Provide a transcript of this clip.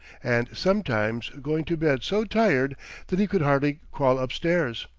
and sometimes going to bed so tired that he could hardly crawl up stairs.